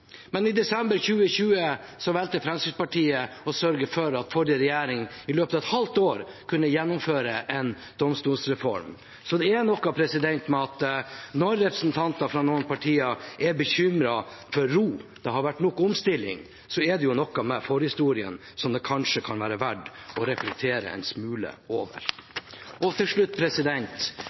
men i desember 2020 valgte Fremskrittspartiet å sørge for at den forrige regjeringen i løpet av et halvt år kunne gjennomføre en domstolsreform. Når representanter fra noen partier er bekymret for ro, for det har vært nok omstilling, er det noe med forhistorien som det kanskje kan være verdt å reflektere en smule over. Til slutt: